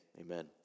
Amen